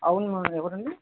అవును ఎవరండీ